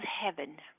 heaven